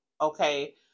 okay